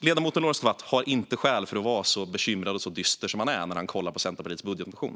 Ledamoten Lorentz Tovatt har inte skäl att vara så bekymrad och dyster som han är när han kollar på Centerpartiets budgetmotion.